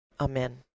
Amen